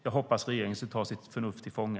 Jag hoppas att regeringen tar sitt förnuft till fånga.